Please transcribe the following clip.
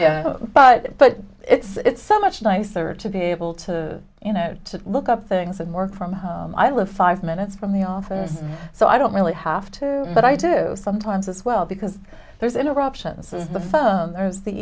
t it's so much nicer to be able to you know to look up things and work from home i live five minutes from the office so i don't really have to but i do sometimes as well because there's interruptions is the phone there's the